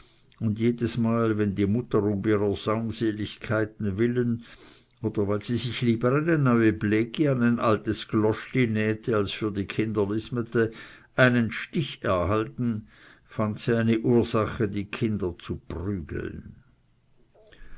und jedesmal wenn die mutter um ihrer saumseligkeit willen oder weil sie sich lieber eine neue blegi an ein altes gloschli nähte als für die kinder lismete einen stich erhalten fand sie eine ursache die kinder zu prügeln